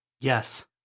Yes